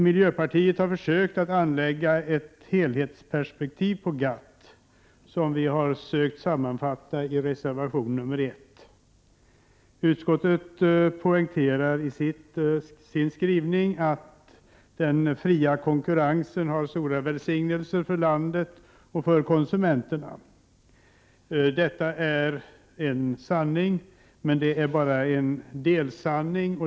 Miljöpartiet har försökt anlägga ett helhetsperspektiv på GATT, som vi har sammanfattat i reservation nr 1. Utskottet poängterar i sin skrivning att den fria konkurrensen har stora välsignelser för landet och för konsumenterna. Detta är en sanning men det är bara en delsanning.